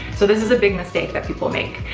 so, this is a big mistake that people make.